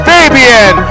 Fabian